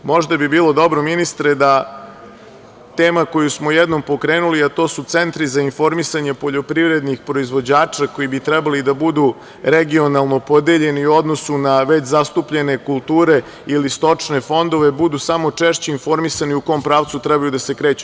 Možda bi bilo dobro, ministre, da tema koju smo jednom pokrenuli, a to su centri za informisanje poljoprivrednih proizvođača koji bi trebali da budu regionalno podeljeni u odnosu na već zastupljene kulture ili stočne fondove, budu samo češće informisani u kom pravcu trebaju da se kreću.